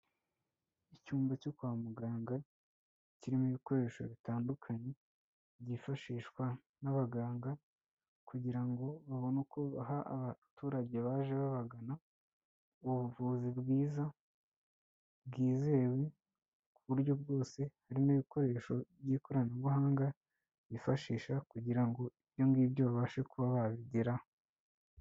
Icyumba cyo kwa muganga, kirimo ibikoresho bitandukanye byifashishwa n'abaganga kugira ngo babone uko baha abaturage baje babagana ubuvuzi bwiza, bwizewe ku buryo bwose harimo ibikoresho by'ikoranabuhanga bifashisha kugira ngo ibyo ngibyo babashe kuba babigeraho.